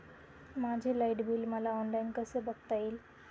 माझे light bill मला online कसे बघता येईल?